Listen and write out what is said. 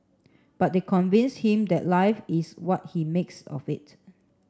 but they convince him that life is what he makes of it